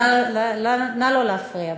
נא לא להפריע.